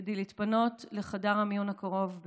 כדי להתפנות לחדר המיון הקרוב,